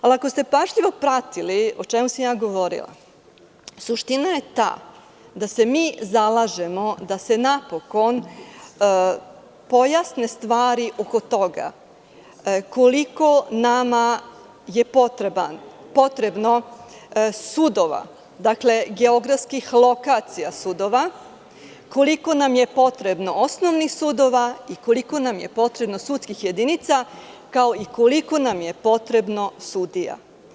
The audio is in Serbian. Ako ste pažljivo pratili o čemu sam ja govorila, suština je ta da se mi zalažemo da se napokon pojasne stvari oko toga koliko nama je potrebno sudova, geografskih lokacija sudova, koliko nam je potrebno osnovnih sudova i koliko nam je potrebno sudskih jedinica , kao i koliko nam je potrebno sudija.